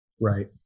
Right